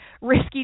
risky